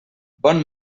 bon